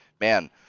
Man